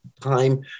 time